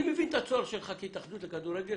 אני מבין את הצורך שלך כהתאחדות לכדורגל